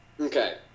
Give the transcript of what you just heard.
Okay